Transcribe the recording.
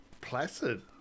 placid